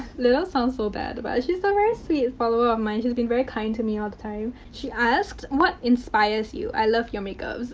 little sounds so bad. but, she's a ah very sweet follower of mine. she's been very kind to me all the time. she asked what inspires you? i love your makeup.